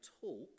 talk